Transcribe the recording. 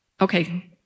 Okay